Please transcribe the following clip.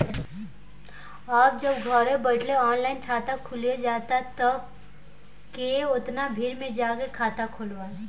अब जब घरे बइठल ऑनलाइन खाता खुलिये जाता त के ओतना भीड़ में जाके खाता खोलवाइ